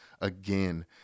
again